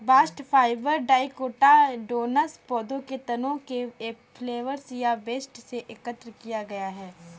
bast fibre dicotyledonous पौधों के तने के फ्लोएम या बस्ट से एकत्र किया गया है